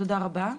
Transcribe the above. תודה רבה.